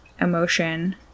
emotion